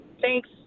Thanks